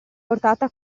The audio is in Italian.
portata